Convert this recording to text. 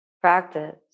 Practice